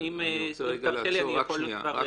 אני רוצה רגע לעצור, רק